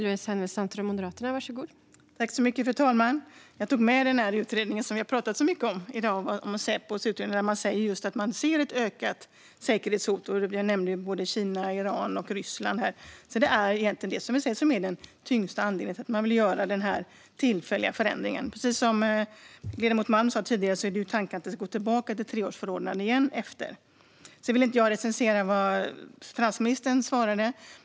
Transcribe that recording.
Fru talman! Jag tog med Säpos utredning som vi har pratat så mycket om i dag, där man säger just att man ser ett ökat säkerhetshot. Jag nämnde både Kina, Iran och Ryssland här. Det är egentligen det som är den tyngsta anledningen till att man vill göra den här tillfälliga förändringen. Precis som ledamoten Malm sa tidigare är ju tanken att det ska gå tillbaka till treårsförordnande igen efter det. Jag vill inte recensera vad finansministern svarade.